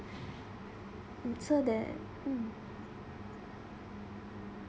mm so that mm